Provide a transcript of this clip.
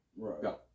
go